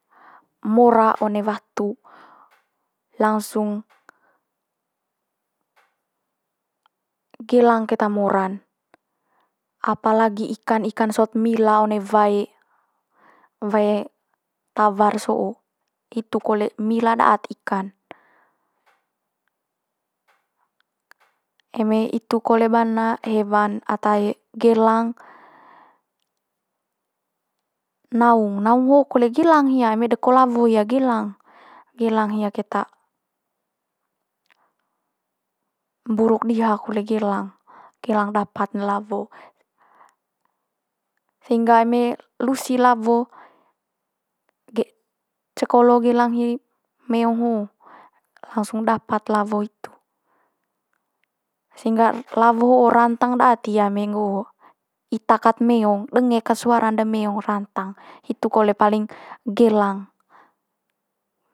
Mora one watu langsung gelang keta mora'n. Apalagi ikan ikan sot mila one wae, wae tawar so'o hitu jole mila da'at ikan. Eme hitu kole bana hewan ata i gelang naung, naung ho'o kole gelang hia eme deko lawo hia gelang, gelang hia keta. Mburuk diha kole gelang, gelang dapat ne lawo. Sehingga eme lusi lawo ge- ceko olo gelang hi meong ho'o langsung dapat lawo hitu. Sehingga lawo ho'o rantang daat hia eme nggo'o ita kat meong, denge kat suara'n de meong rantang, hitu kole paling gelang.